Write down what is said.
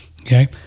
Okay